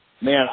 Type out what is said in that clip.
Man